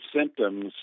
symptoms